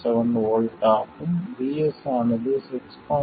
7 V ஆகும் VS ஆனது 6